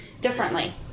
differently